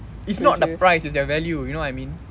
it's not the prices it's the value you know what I mean